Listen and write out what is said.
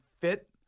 fit